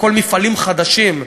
הכול מפעלים חדשים,